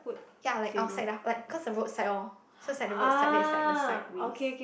ya like outside lah like cause the roadside loh so is like the roadside that side the sideways